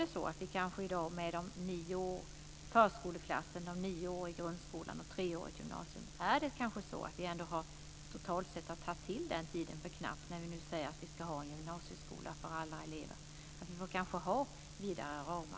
Det kanske är så att vi i dag, med förskoleklasser, de nio åren i grundskolan och tre år i gymnasiet, totalt sett har tagit till tiden för knappt. Vi säger att vi ska ha en gymnasieskola för alla elever, och då får vi kanske ha vidare ramar.